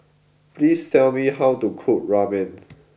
please tell me how to cook Ramen